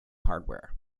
hardware